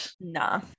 Nah